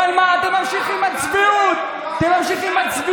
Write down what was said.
אבל אתם ממשיכים עם הצביעות הזאת.